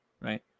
right